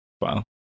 Wow